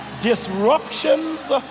disruptions